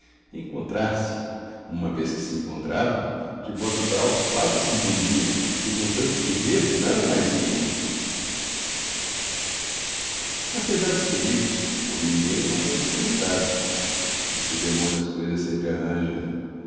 encontrar-se uma vez que se encontravam de modo tal os quatro se entendiam que com tanto que ver nada mais viam apesar dos perigos por ninguém o namoro foi notado pois que o demônio as coisas sempre arranja